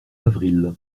avril